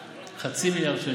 חצי מיליארד שקל.